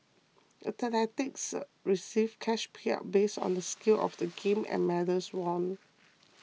athletes receive cash payouts based on the scale of the games and medals won